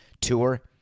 tour